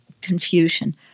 confusion